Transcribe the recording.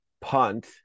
punt